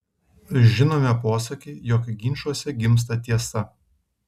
žinome posakį jog ginčuose gimsta tiesa